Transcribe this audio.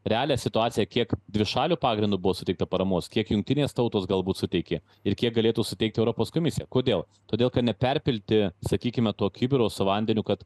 realią situaciją kiek dvišaliu pagrindu buvo suteikta paramos kiek jungtinės tautos galbūt suteikė ir kiek galėtų suteikti europos komisija kodėl todėl neperpilti sakykime to kibiro su vandeniu kad